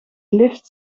lift